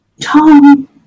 Tom